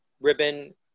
ribbon